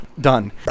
Done